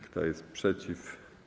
Kto jest przeciw?